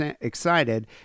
excited